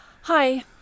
Hi